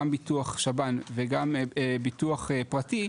גם ביטוח שב"ן וגם ביטוח פרטי,